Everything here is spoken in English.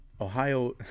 Ohio